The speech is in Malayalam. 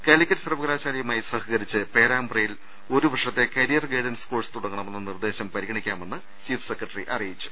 കാലിക്കറ്റ് സർവകലാശാലയുമായി സഹക രിച്ച് പേരാമ്പ്രയിൽ ഒരു വർഷത്തെ കരിയർ ഗൈഡൻസ് കോഴ്സ് തുടങ്ങണമെന്ന് നിർദേശം പരിഗണിക്കാമെന്ന് ചീഫ് സെക്രട്ടറി അറി യിച്ചു